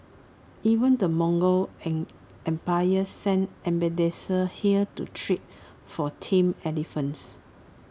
even the Mongol empire sent ambassadors here to trade for tame elephants